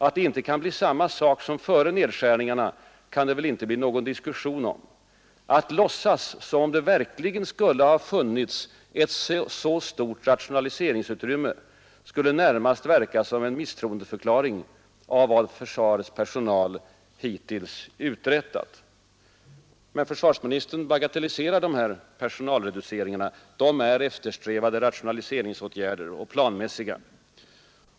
Att det inte kan bli samma sak, som före nedskärningarna, kan det väl inte bli någon diskussion om. Att låtsas som om det verkligen skulle ha funnits ett så stort rationaliseringsutrymme skulle närmast verka som en misstroendeförklaring av vad försvarets personal hittills uträttat.” Men försvarsministern bagatelliserar de här personalreduceringarna. De är, anser han, eftersträvade rationaliseringsåtgärder och planmässiga.